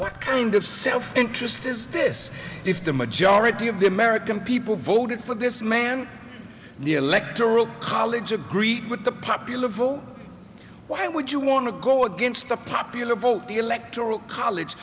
what kind of self interest is this if the majority of the american people voted for this man the electoral college agree with the popular vote why would you want to go against the popular vote the electoral college